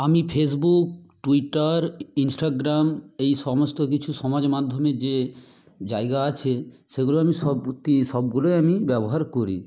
আমি Facebook Twitter Instagram এই সমস্ত কিছু সমাজ মাধ্যমে যে জায়গা আছে সেগুলো আমি সব সবগুলোই আমি ব্যবহার করি